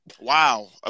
wow